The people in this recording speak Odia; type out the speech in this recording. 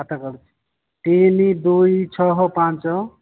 ଆଉ ଥରେ କୁହନ୍ତୁ ତିନି ଦୁଇ ଛଅ ପାଞ୍ଚ